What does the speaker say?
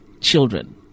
children